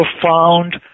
profound